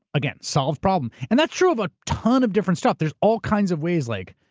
again, solved problem. and that's true of a ton of different stuff. there's all kinds of ways, like,